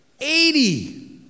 Eighty